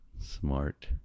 smart